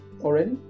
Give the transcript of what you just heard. already